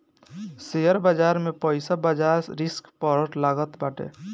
share बाजार में पईसा बाजार रिस्क पअ लागत बाटे